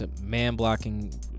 man-blocking